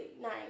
nice